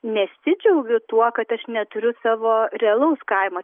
nesidžiaugiu tuo kad aš neturiu savo realaus kaimo